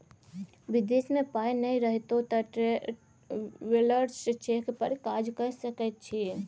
विदेश मे पाय नहि रहितौ तँ ट्रैवेलर्स चेक पर काज कए सकैत छी